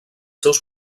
seus